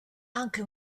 anche